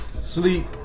Sleep